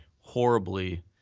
horribly –